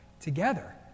together